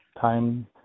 time